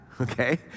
okay